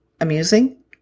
Amusing